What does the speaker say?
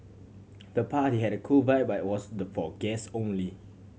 the party had a cool vibe but was for guest only